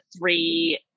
three